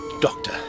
Doctor